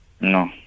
No